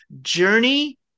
journey